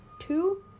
two